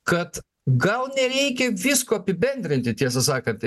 kad gal nereikia visko apibendrinti tiesą sakant